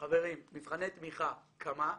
חברים, מבחני תמיכה, כמה באוויר,